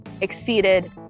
exceeded